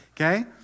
Okay